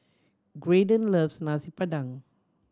Graydon loves Nasi Padang